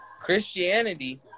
Christianity